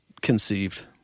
conceived